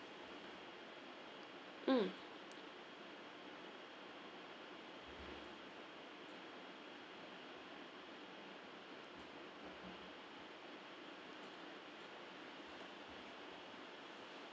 mm